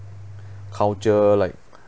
culture like